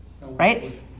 Right